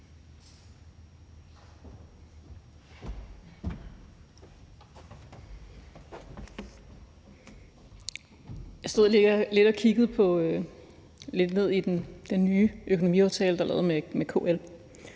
Jeg stod lige og kiggede lidt ned i den nye økonomiaftale, der er lavet med KL.